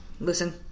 Listen